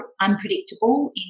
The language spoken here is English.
unpredictable